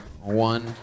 One